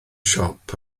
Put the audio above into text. siop